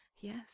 yes